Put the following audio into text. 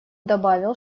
добавил